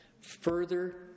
Further